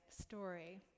story